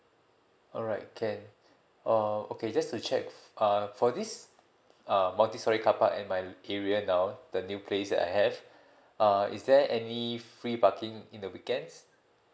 alright can uh okay just to check uh for this uh multistorey carpark at my area now the new place that I have uh is there any free parking in the weekends